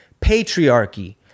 patriarchy